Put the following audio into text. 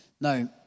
Now